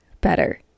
better